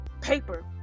paper